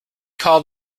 call